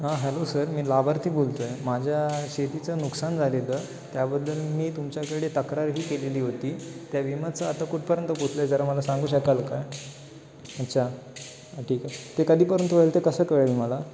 हां hello sir मी लाभार्थी बोलतो आहे माझ्या शेतीचं नुकसान झालेलं त्याबद्दल मी तुमच्याकडे तक्रारही केलेली होती त्या विमाचं आता कुठपर्यंत पोचलं आहे जरा मला सांगू शकाल काय अच्छा ठीक आहे ते कधीपर्यंत होईल ते कसं कळेल मला